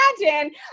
imagine